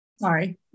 Sorry